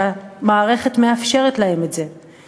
שהמערכת מאפשרת להם את זה,